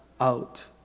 out